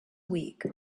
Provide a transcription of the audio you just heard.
week